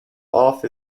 off